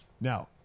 Now